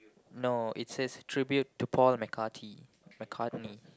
no it says tribute to Paul-McCartney